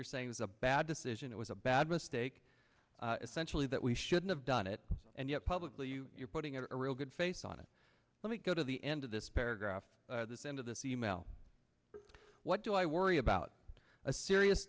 you're saying it's a bad decision it was a bad mistake essentially that we shouldn't have done it and yet publicly you you're putting a real good face on it let me go to the end of this paragraph this end of this email what do i worry about a serious